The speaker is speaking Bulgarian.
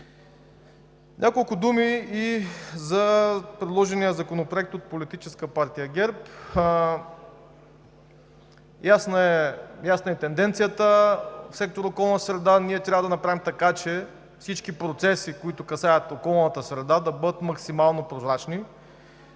Няколко думи и за предложения законопроект от Политическа партия ГЕРБ. Ясна е тенденцията в сектор „Околна среда“. Ние трябва да направим така, че всички процеси, които касаят околната среда, да бъдат максимално прозрачни,